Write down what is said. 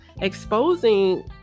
exposing